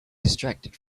distracted